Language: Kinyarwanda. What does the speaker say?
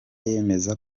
yemeza